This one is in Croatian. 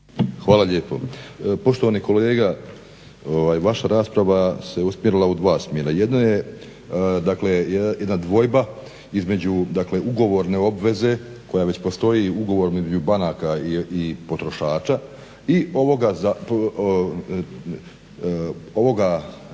Hvala lijepo. Poštovani kolega, vaša rasprava se usmjerila u dva smjera. Jedno je, dakle jedna dvojba između, dakle ugovorne obveze koja već postoji ugovorom između banaka i potrošača i ovoga zakonskog